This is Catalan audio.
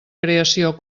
creació